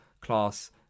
class